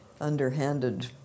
underhanded